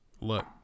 Look